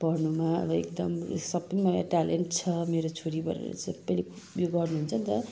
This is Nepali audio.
पढ्नुमा अब एकदम सपैमा ट्यालेन्ट छ मेरो छोरी भनेर सबैले ऊ यो गर्नुहुन्छ नि त